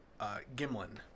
Gimlin